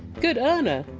good earner,